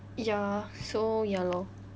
ya so ya lor